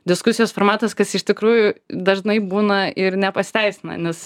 diskusijos formatas kas iš tikrųjų dažnai būna ir nepasiteisina nes